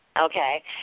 Okay